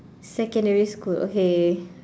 secondary school okay